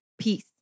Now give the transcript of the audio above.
peace